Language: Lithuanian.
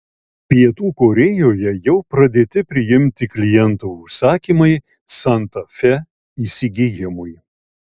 pietų korėjoje jau pradėti priimti klientų užsakymai santa fe įsigijimui